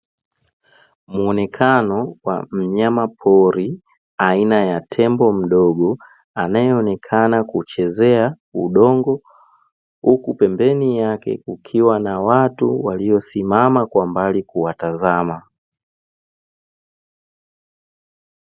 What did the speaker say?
Muonekano wa mnyamapori aina ya tembo mdogo, anaeonekana kuchezea udongo, huku pembeni yake kukiwa na watu waliosimama kwa mbali kuwatazama.